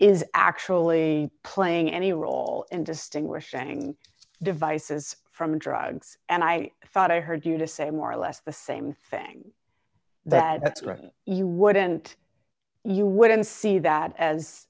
is actually playing any role in distinguishing devices from drugs and i thought i heard you to say more or less the same thing that you wouldn't you wouldn't see that as